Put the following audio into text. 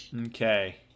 Okay